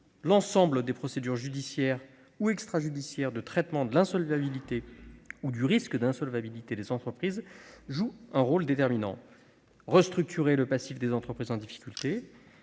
L'ensemble des procédures judiciaires ou extrajudiciaires de traitement de l'insolvabilité ou du risque d'insolvabilité des entreprises jouent un rôle déterminant pour restructurer le passif des entreprises en difficulté,